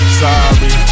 sorry